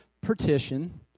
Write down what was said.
partition